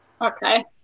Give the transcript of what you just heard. okay